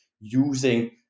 using